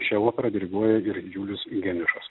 šią operą diriguoja ir julius geniušas